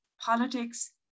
politics